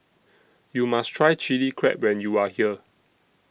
YOU must Try Chilli Crab when YOU Are here